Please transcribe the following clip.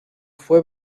fue